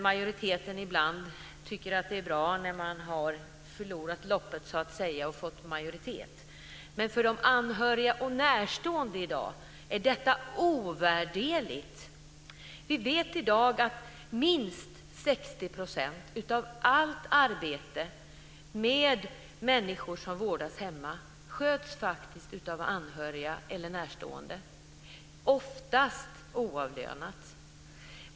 Majoriteten tycker ibland att det är bra när den har förlorat loppet. För anhöriga och närstående i vården är detta stöd ovärderligt. Minst 60 % av allt arbete med människor som vårdas hemma sköts faktiskt av anhöriga eller närstående, oftast oavlönat.